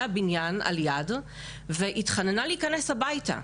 הבניין על יד והתחננה להיכנס הביתה.